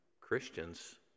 Christians